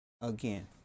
again